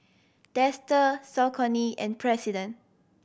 Dester Saucony and President